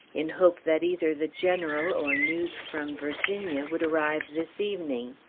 in hope that either the general, or news from virginia, would arrive this evening.